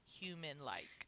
human-like